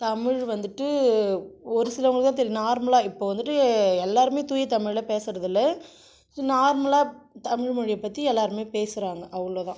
தமிழ் வந்துட்டு ஒரு சிலவங்களுக்குத் தான் தெரியும் நார்மலாக இப்போ வந்துட்டு எல்லோருமே தூய தமிழில் பேசுகிறது இல்லை நார்மலாக தமிழ் மொழியை பற்றி எல்லோருமே பேசுகிறாங்க அவ்வளோ தான்